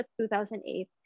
2008